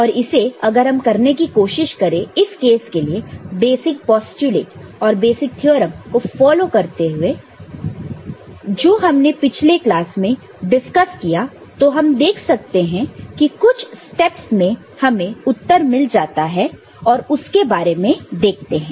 और इसे अगर हम करने की कोशिश करें इस केस के लिए बेसिक पोस्टयूलेट और बेसिक थ्योरम को फॉलो करते हुए जो हमने पिछले क्लास में डिस्कस किया तो हम देख सकते हैं कुछ स्टेप्स में हमें उत्तर मिल जाता है तो इसके बारे में देखते हैं